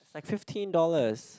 like fifteen dollars